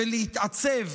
ולהתעצב